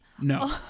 No